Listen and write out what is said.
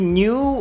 new